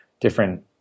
different